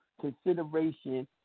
consideration